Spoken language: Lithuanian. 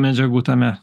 medžiagų tame